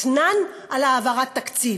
אתנן על העברת התקציב.